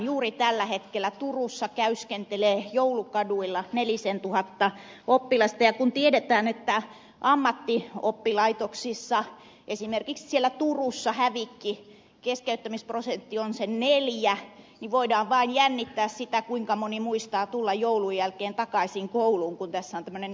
juuri tällä hetkellä turussa käyskentelee joulukaduilla nelisentuhatta oppilasta ja kun tiedetään että ammattioppilaitoksissa esimerkiksi turussa hävikki keskeyttämisprosentti on se neljä niin voidaan vain jännittää sitä kuinka moni muistaa tulla joulun jälkeen takaisin kouluun kun tässä on tällainen ekstravapaa